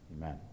amen